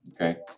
Okay